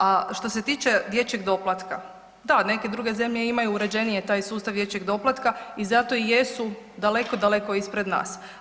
A što se tiče dječjeg doplatka, da neke druge zemlje imaju uređenije taj sustav dječjeg doplatka i zato i jesu daleko, daleko ispred nas.